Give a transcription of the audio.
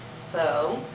so.